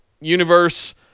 universe